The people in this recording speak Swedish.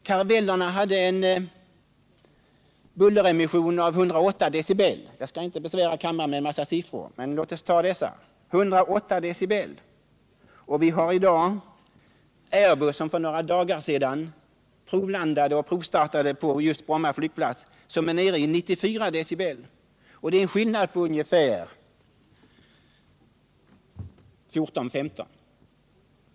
Caravellerna hade en bulleremission av 108 decibel. Jag skall inte besvära kammaren med en massa siffror, men låt mig nämna några. Airbusen, som för några dagar sedan provlandade och provstartade på Bromma flygplats, har en bulleremission av 94 decibel. Det är en skillnad på 14-15.